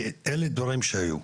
כי אלה דברים שהיו.